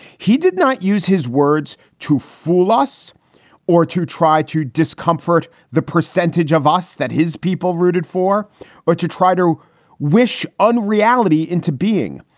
he did not use his words to fool us or to try to discomfort the percentage of us that his people voted for or to try to wish unreality into being.